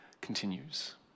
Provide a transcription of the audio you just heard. continues